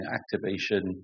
activation